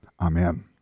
amen